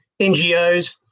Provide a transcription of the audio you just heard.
NGOs